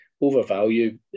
overvalue